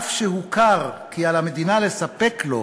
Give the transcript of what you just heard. אף שהוכר כי על המדינה לספק לו